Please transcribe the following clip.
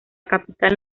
capital